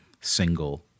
single